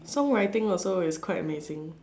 song writing also is quite amazing